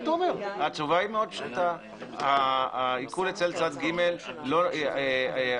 התשובה היא מאוד פשוטה, העיקול אצל צד ג', אומרת